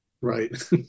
Right